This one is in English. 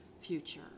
future